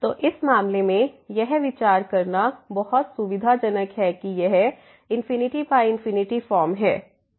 तो इस मामले में यह विचार करना बहुत सुविधाजनक है कि यह ∞∞ फॉर्म है